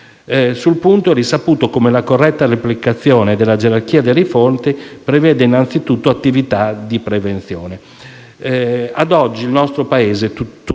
Sul punto è risaputo come una corretta applicazione della gerarchia delle fonti prevede innanzitutto attività di prevenzione.